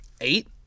Eight